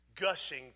gushing